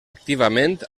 activament